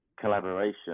collaboration